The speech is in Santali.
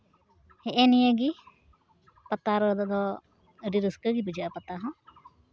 ᱦᱮᱸᱜ ᱮ ᱱᱤᱭᱟᱹᱜᱮ ᱯᱟᱛᱟ ᱨᱮᱫᱚ ᱟᱹᱰᱤ ᱨᱟᱹᱥᱠᱟᱹ ᱜᱮ ᱵᱩᱡᱷᱟᱹᱜᱼᱟ ᱯᱟᱛᱟ ᱦᱚᱸ